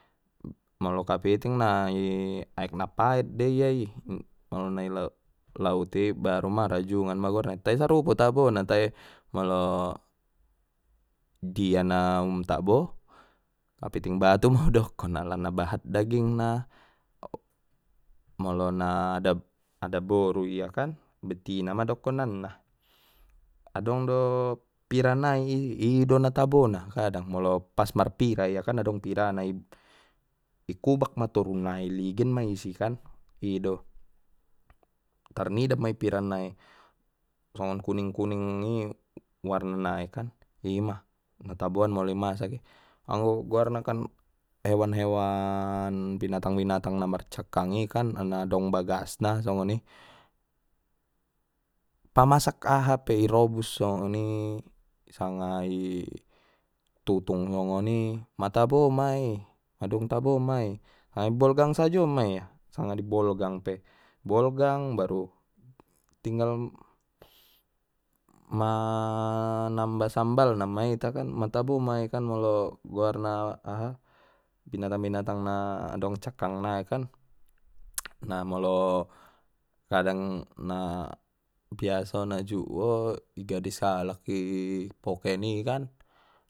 Molo kapiting na i aek napaet de ia i molo na i lau-lauti baruma rajungan ma goarna tai sarupo tabo na tai molo, dia na um tabo kapiting batu ma u dokkon alana bahat dagingna molo na adab-adaboru ia kan betina ma dokonanna adong do pira nai i ido na tabona kadang molo pas marpira ia kan adong pirana i, ikubak ma toru nai ligin ma isi kan ido, tarnida ma i pira nai songon kuning kuningi warna nai kan ima na taboan molo imasak i ango guarnakan hewan hewan binatang binatang na mar cakkang i kan na dong bagasna songoni, pasamak aha pe i robus songoni sanga itutung songoni ma tabo mai madung tabo mai hai ibolgang sajo ma ia sanga di bolgang pe bolgang baru tinggal ma-manamba sambal na ma ita kan ma tabo mai kan molo guarna aha binatang binatang nadong cakkang nai kan na molo kadang na biasona juo i gadis kalak i poken i kan.